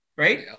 Right